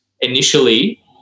initially